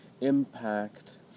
impact